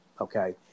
Okay